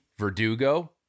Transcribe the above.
Verdugo